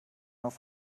auf